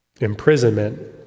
Imprisonment